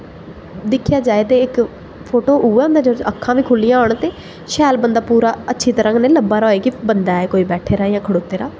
दिक्खेआ जाए इक फोटो उ'ऐ होंदा ऐ जेह्दे च अक्खां बि खु'ल्लियां होन ते शैल बंदा पूरा अच्छी तरहां कन्नै लब्भा दा होऐ कि बंदा ऐ कोई बैठे दा जां खड़ोते दा